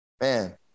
Man